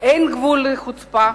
אין גבול לחוצפה,